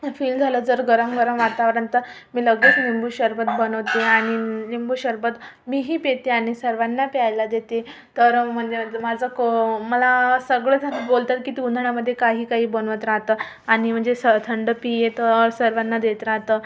feel झालं जर गरम गरम वातावरण तर मी लगेच निंबू शरबत बनवते आणि निंबू शरबत मीही पिते आणि सर्वांना प्यायला देते तर म्हणजे म्हणजे माझं क मला सगळेजण बोलतात की तू उन्हाळ्यामध्ये काही काही बनवत राहतं आणि म्हणजे स थंड पिये तर सर्वांना देत राहतं